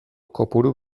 kopuru